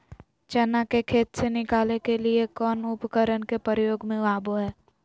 चना के खेत से निकाले के लिए कौन उपकरण के प्रयोग में आबो है?